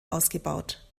ausgebaut